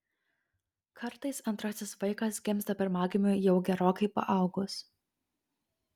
kartais antrasis vaikas gimsta pirmagimiui jau gerokai paaugus